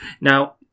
Now